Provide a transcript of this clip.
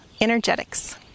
Energetics